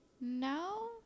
No